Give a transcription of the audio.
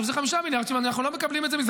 5 מיליארד שאם אנחנו לא מקבלים את זה מזה,